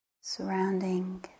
Surrounding